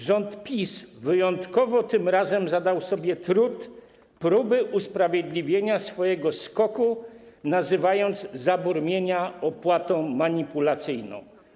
Rząd PiS wyjątkowo tym razem zadał sobie trud próby usprawiedliwienia swojego skoku, nazywając zabór mienia opłatą manipulacyjną.